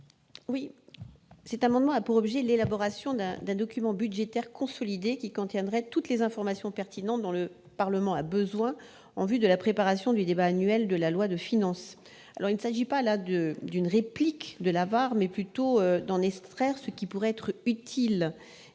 Cet amendement a pour objet l'élaboration d'un document budgétaire consolidé, qui contiendrait toutes les informations pertinentes dont le Parlement a besoin en vue de la préparation du débat annuel sur le projet de loi de finances. Il ne s'agit pas de proposer une réplique de la VAR, mais d'extraire de ce document ce qui pourrait être utile